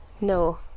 No